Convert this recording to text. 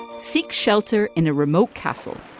seek shelter in a remote castle.